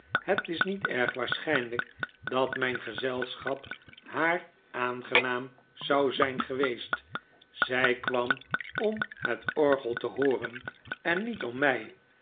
het is niet erg waarschijnlijk dat mijn gezelschap haar aangenaam zou zijn geweest zij kwam om het orgel te hooren en niet om mij